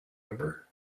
number